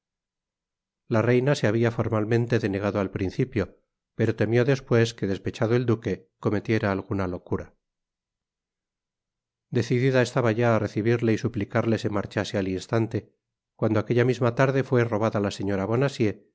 la reina se habia formalmente denegado al principio pero temió despues que despechado el duque cometiera alguna locura decidida estaba ya á recibirle y suplicarle se marchase al instante cuando aquella misma tarde fué robada la señora